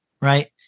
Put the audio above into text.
Right